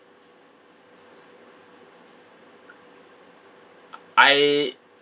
I